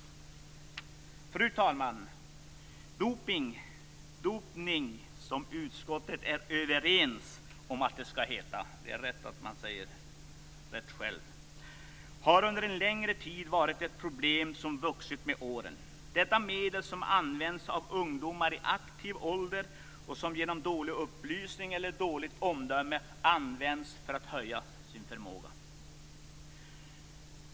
Fru talman! Dopning - som utskottet är överens om att det skall heta - har under en längre tid varit ett problem, och det har vuxit med åren. Ungdomar i aktiv ålder har använt dopningsmedel, på grund av dålig upplysning eller dåligt omdöme, för att höja sin förmåga.